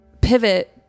pivot